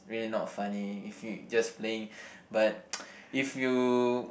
really not funny if you just playing but if you